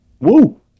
Woo